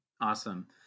Awesome